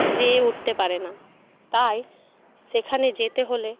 যেয়ে উঠতে পারে না তাই সেখানে যেতে হলে